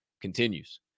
continues